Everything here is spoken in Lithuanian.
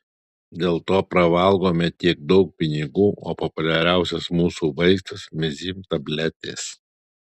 dėl to pravalgome tiek daug pinigų o populiariausias mūsų vaistas mezym tabletės